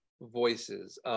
voices